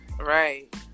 Right